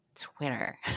Twitter